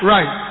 Right